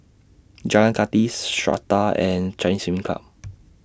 Jalan Kathi Strata and Chinese Swimming Club